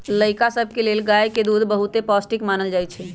लइका सभके लेल गाय के दूध बहुते पौष्टिक मानल जाइ छइ